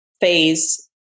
phase